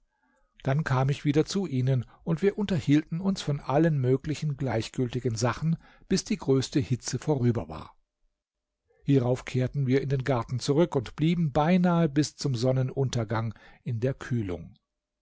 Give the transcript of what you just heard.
dann kam ich wieder zu ihnen und wir unterhielten uns von allen möglichen gleichgültigen sachen bis die größte hitze vorüber war hierauf kehrten wir in den garten zurück und blieben beinahe bis zum sonnenuntergang in der kühlung